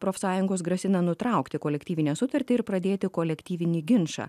profsąjungos grasina nutraukti kolektyvinę sutartį ir pradėti kolektyvinį ginčą